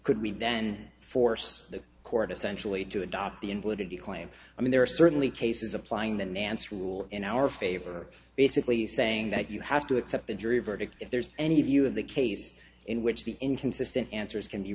could we then force the court essentially to adopt the invalidity claim i mean there are certainly cases applying the nance rule in our favor basically saying that you have to accept a jury verdict if there's any view of the case in which the inconsistent answers can be